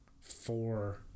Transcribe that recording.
four